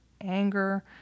Anger